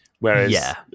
Whereas